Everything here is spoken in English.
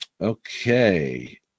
Okay